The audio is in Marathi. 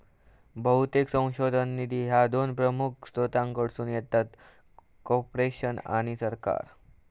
बहुतेक संशोधन निधी ह्या दोन प्रमुख स्त्रोतांकडसून येतत, कॉर्पोरेशन आणि सरकार